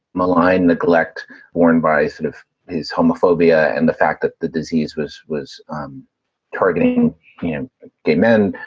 malign neglect worn by sort of his homophobia and the fact that the disease was was um targeting gay men.